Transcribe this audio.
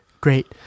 Great